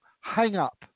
hang-up